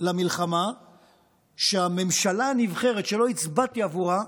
למלחמה שהממשלה הנבחרת, שלא הצבעתי עבורה,